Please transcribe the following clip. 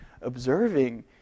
observing